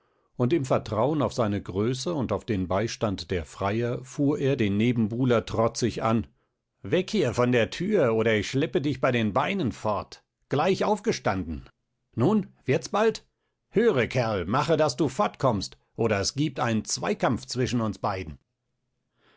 und im vertrauen auf seine größe und auf den beistand der freier fuhr er den nebenbuhler trotzig an weg hier von der thür oder ich schleppe dich bei den beinen fort gleich aufgestanden nun wird's bald höre kerl mache daß du fortkommst oder es giebt einen zweikampf zwischen uns beiden